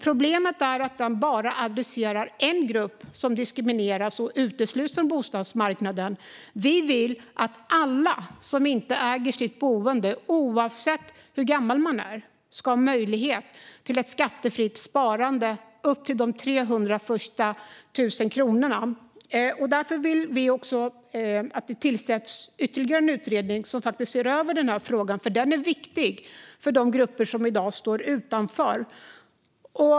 Problemet är att den bara adresserar en grupp som diskrimineras och utesluts från bostadsmarknaden. Vi vill att alla som inte äger sitt boende, oavsett hur gamla de är, ska ha möjlighet till ett skattefritt sparande upp till 300 000 kronor. Vi vill att det tillsätts ytterligare en utredning som ser över den här frågan, för den är viktig för de grupper som i dag står utanför.